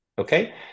Okay